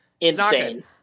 insane